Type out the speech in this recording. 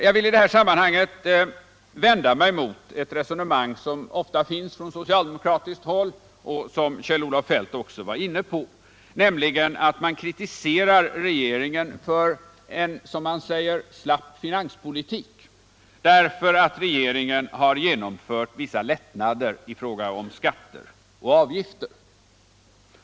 Jag vill i sammanhanget vända mig mot ett resonemang som ofta förs från socialdemokratiskt håll och som Kjell-Olof Feldt var inne på i sitt anförande, nämligen när man kritiserar regeringen för en, som man säger, slapp finanspolitik därför att regeringen har genomfört vissa lättnader i fråga om skatter och avgifter.